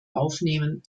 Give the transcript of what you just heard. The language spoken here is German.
aufnehmen